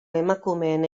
emakumeen